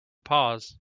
pause